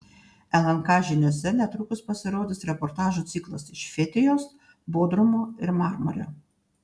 lnk žiniose netrukus pasirodys reportažų ciklas iš fetijos bodrumo ir marmario